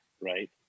Right